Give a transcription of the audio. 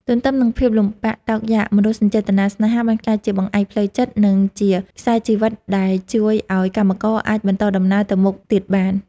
ទន្ទឹមនឹងភាពលំបាកតោកយ៉ាក មនោសញ្ចេតនាស្នេហាបានក្លាយជាបង្អែកផ្លូវចិត្ត និងជាខ្សែជីវិតដែលជួយឱ្យកម្មករអាចបន្តដំណើរទៅមុខទៀតបាន។